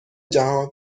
جهان